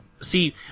see